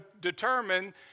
determine